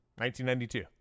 1992